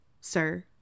sir